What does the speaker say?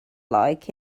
like